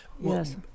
yes